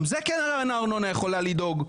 גם זה קרן הארנונה יכולה לדאוג.